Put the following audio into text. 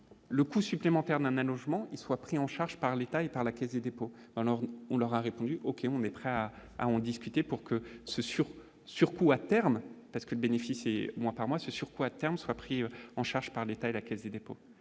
le coût supplémentaire d'un allongement qui soient pris en charge par l'État et par la Caisse des dépôts, alors on leur a répondu OK, on est prêt à à en discuter pour que ce sur sur à terme parce que bénéficie, mois par mois, ce sur quoi, à terme, sera pris en charge par l'État et la Caisse des dépôts,